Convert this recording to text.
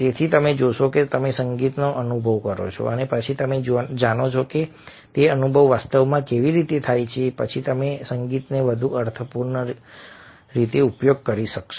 તેથી તમે જોશો કે તમે સંગીતનો અનુભવ કરો છો અને પછી તમે જાણો છો કે તે અનુભવ વાસ્તવમાં કેવી રીતે થાય છે પછી તમે સંગીતનો વધુ અર્થપૂર્ણ રીતે ઉપયોગ કરી શકશો